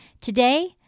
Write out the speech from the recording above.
Today